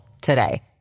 today